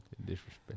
Disrespect